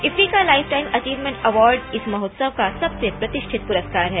IFFI का lifetime achievement award इस माहेत्सव का सबसे प्रतिष्ठित प्रस्कार है